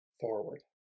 forward